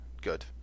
good